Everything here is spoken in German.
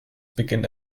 beginnt